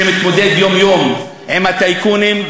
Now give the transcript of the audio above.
שמתמודד יום-יום עם הטייקונים,